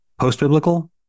post-biblical